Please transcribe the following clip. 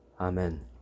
Amen